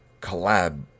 collab